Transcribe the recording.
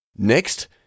Next